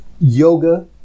Yoga